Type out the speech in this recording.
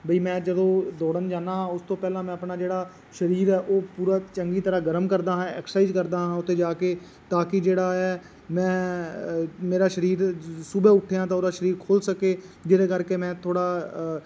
ਬਈ ਮੈਂ ਜਦੋਂ ਦੌੜਨ ਜਾਂਦਾ ਹਾਂ ਉਸ ਤੋਂ ਪਹਿਲਾਂ ਮੈਂ ਆਪਣਾ ਜਿਹੜਾ ਸਰੀਰ ਹੈ ਉਹ ਪੂਰਾ ਚੰਗੀ ਤਰ੍ਹਾਂ ਗਰਮ ਕਰਦਾ ਹਾਂ ਐਕਸਰਸਾਈਜ ਕਰਦਾ ਹਾਂ ਉੱਥੇ ਜਾ ਕੇ ਤਾਂ ਕਿ ਜਿਹੜਾ ਹੈ ਮੈਂ ਮੇਰਾ ਸਰੀਰ ਸੁਬਹਾ ਉੱਠਿਆ ਤਾਂ ਉਦੋਂ ਸਰੀਰ ਖੁੱਲ੍ਹ ਸਕੇ ਜਿਹਦੇ ਕਰਕੇ ਮੈਂ ਥੋੜ੍ਹਾ